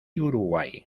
uruguay